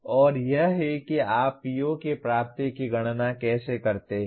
और यह है कि आप PO की प्राप्ति की गणना कैसे करते हैं